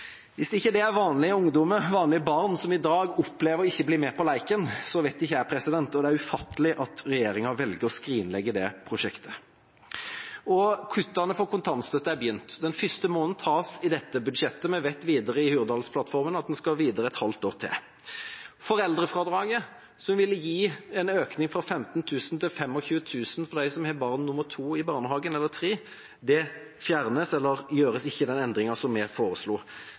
Hvis ikke det er vanlige ungdommer og vanlige barn som i dag opplever ikke å bli med på leken, så vet ikke jeg. Det er ufattelig at regjeringa velger å skrinlegge det prosjektet. Kuttene i kontantstøtte er begynt. Den første måneden tas i dette budsjettet. Vi vet fra Hurdalsplattformen at det skal tas videre et halvt år til. Når det gjelder foreldrefradraget, som ville gitt en økning fra 15 000 kr til 25 000 kr for dem som har barn nummer to eller tre i barnehagen, gjøres ikke den endringen vi foreslo.